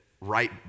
right